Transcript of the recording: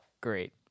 Great